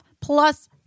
plus